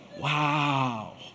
Wow